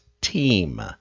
team